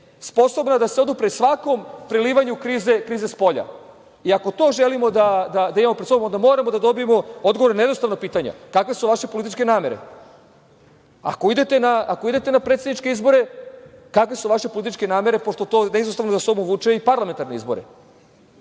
sposobna je da se odupre svakom prelivanju krize spolja. Ako to želimo da imamo pred sobom, onda moramo da dobijemo odgovore na jednostavna pitanja – kakve su vaše političke namere? Ako idete na predsedničke izbore, kakve su vaše političke namere, pošto to neizostavno za sobom vuče i parlamentarne izbore?